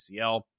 ACL